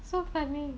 so funny